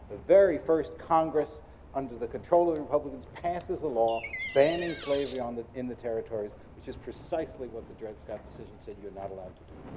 the very first congress under the control of the republicans passes a law banning slavery um in the territories, which is precisely what the dred scott decision said you're not allowed to do.